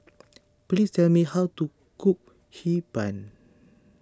please tell me how to cook Hee Pan